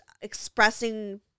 expressing